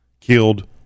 killed